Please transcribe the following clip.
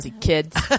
kids